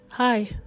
Hi